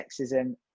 sexism